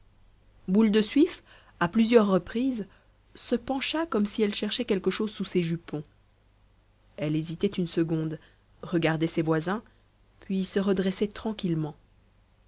boule de suif à plusieurs reprises se pencha comme si elle cherchait quelque chose sous ses jupons elle hésitait une seconde regardait ses voisins puis se redressait tranquillement